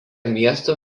miestų